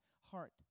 heart